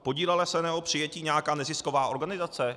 Podílela se na jeho přijetí nějaká nezisková organizace?